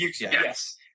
Yes